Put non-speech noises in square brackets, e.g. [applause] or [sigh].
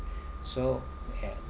[breath] so ya